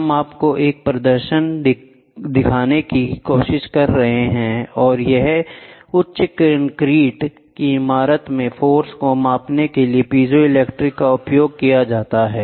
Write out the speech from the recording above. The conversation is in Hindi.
हम आपको एक प्रदर्शन दिखाने की कोशिश कर रहे हैं या उच्च कंक्रीट की इमारतों में फोर्स को मापने के लिए पीजो क्रिस्टल का उपयोग किया जाता है